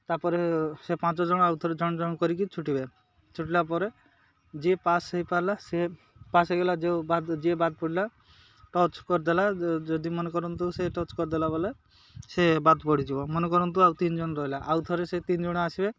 ତାପରେ ସେ ପାଞ୍ଚ ଜଣ ଆଉ ଥରେ ଜଣ ଜଣ କରିକି ଛୁଟିବେ ଛୁଟିଲା ପରେ ଯିଏ ପାସ୍ ହେଇପାରିଲା ସିଏ ପାସ୍ ହେଇଗଲା ଯେଉଁ ବାଦ ଯିଏ ବାଦ ପଡ଼ିଲା ଟଚ୍ କରିଦେଲା ଯଦି ମନେ କରନ୍ତୁ ସେ ଟଚ୍ କରିଦେଲା ବଲେ ସେ ବାଦ ପଡ଼ିଯିବ ମନେ କରନ୍ତୁ ଆଉ ତିନ ଜଣ ରହିଲା ଆଉ ଥରେ ସେ ତିନ ଜଣ ଆସିବେ